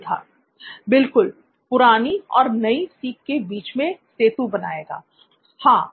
सिद्धार्थ बिल्कुल पुरानी और नई सीख के बीच में सेतु बनाएगा हां